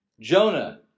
Jonah